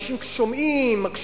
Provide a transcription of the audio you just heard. אנשים שומעים, מקשיבים,